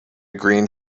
green